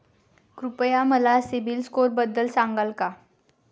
कृपया मला सीबील स्कोअरबद्दल सांगाल का?